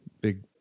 big